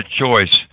choice